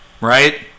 right